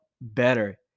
better